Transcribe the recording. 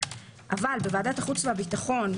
אבל בוועדת החוץ והביטחון,